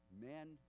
men